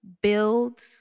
build